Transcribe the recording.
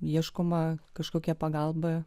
ieškoma kažkokia pagalba